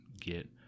Get